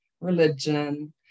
religion